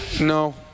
no